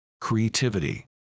creativity